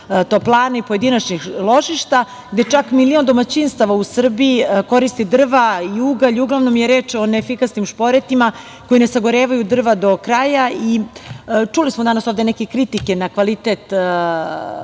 toplana i pojedinačnih ložišta, gde čak milion domaćinstava u Srbiji koristi drva i ugalj. Uglavnom je reč o neefikasnim šporetima koji ne sagorevaju drva do kraja. Čuli smo ovde danas neke kritike na kvalitet vazduha,